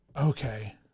Okay